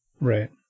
Right